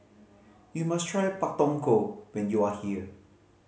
you must try Pak Thong Ko when you are here